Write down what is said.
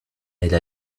elle